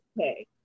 okay